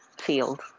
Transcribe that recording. field